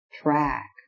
track